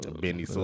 Benny